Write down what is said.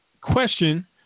question